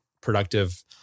productive